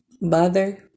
mother